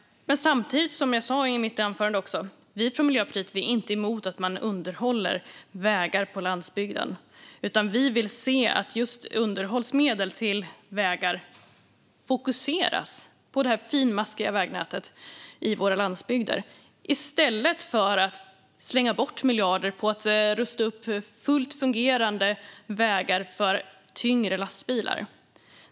Samtidigt är Miljöpartiet, som jag sa i mitt anförande, inte emot att man underhåller vägar på landsbygden. Miljöpartiet vill se att underhållsmedel till vägar fokuseras på det finmaskiga vägnätet i våra landsbygder i stället för att det slängs bort miljarder på att rusta upp fullt fungerande vägar för tyngre lastbilar.